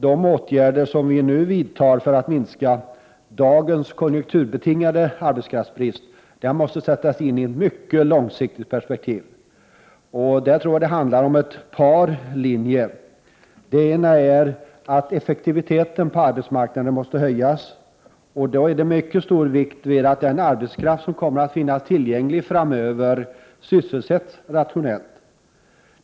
De åtgärder som nu vidtas för att minska dagens konjunkturbetingade arbetskraftsbrist måste sättas in i ett mycket långsiktigt perspektiv. Där tror jag att det handlar om ett par linjer. Den ena är att effektiviteten på arbetsmarknaden måste höjas. Det är mycket viktigt att den arbetskraft som kommer att finnas tillgänglig framöver sysselsätts rationellt.